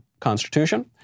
constitution